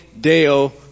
Deo